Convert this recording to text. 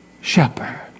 shepherd